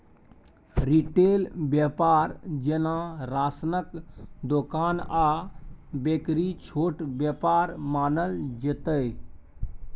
retail बेपार जेना राशनक दोकान आ बेकरी छोट बेपार मानल जेतै